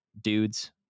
dudes